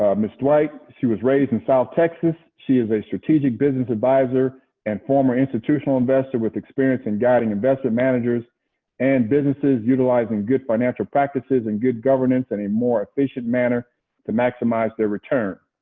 ah ms. dwight, she was raised in south texas. she is a strategic business advisor and former institutional investor with experience in guiding investment managers and businesses utilizing good financial practices and good governance in and a more efficient manner to maximize their return.